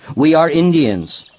we are indians!